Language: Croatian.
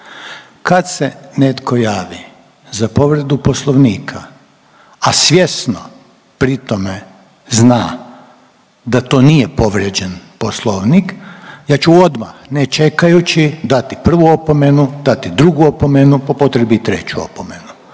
Kad se netko javi za povredu poslovnika, a svjesno pri tome zna da to nije povrijeđen poslovnik, ja ću odmah ne čekajući dati prvu opomenu, dati drugu opomenu, po potrebi i treću opomenu